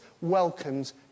welcomes